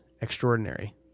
extraordinary